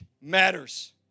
matters